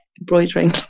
embroidering